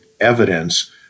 evidence